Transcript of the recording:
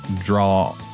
draw